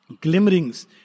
Glimmerings